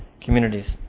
communities